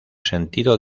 sentido